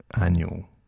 annual